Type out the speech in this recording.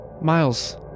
Miles